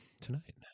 tonight